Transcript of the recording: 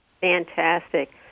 Fantastic